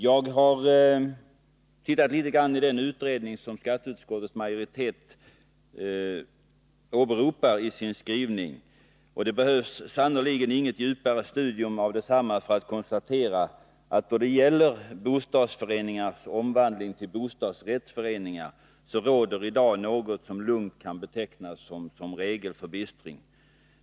Jag har tittat litet grand i den utredning som skatteutskottets majoritet i sin skrivning åberopar. Det behövs sannerligen inget djupare studium av 155 densamma för att konstatera att det då det gäller bostadsföreningars omvandling till bostadsrättsföreningar råder något som lugnt kan betecknas som regelförbistring.